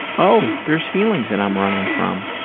oh, there's feelings that i'm running from.